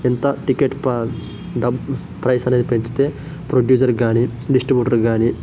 ఎంత టికెట్ ప్రా డ ప్రైసనేది పెంచితే ప్రొడ్యూసర్ గానీ డిస్ట్రిబ్యూటర్ గాని